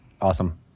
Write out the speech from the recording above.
Awesome